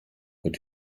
wird